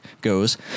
goes